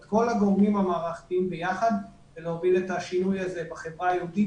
את כל הגורמים המערכתיים ביחד ולהוביל את השינוי הזה בחברה היהודית